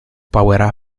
power